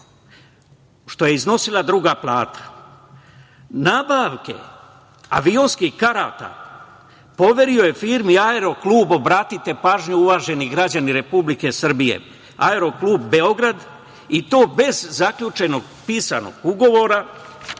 što je iznosila druga plata. Nabavke avionskih karata poverio je firmi, obratite pažnju, uvaženi građani Republike Srbije, „Aeroklub Beograd“, i to bez zaključenog pisanog ugovora